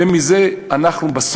ומזה אנחנו,